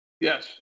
Yes